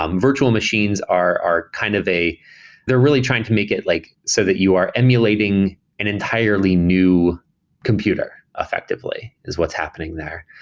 um virtual machines are are kind of a they're really trying to make it like so that you are emulating an entirely new computer effectively is what's happening there.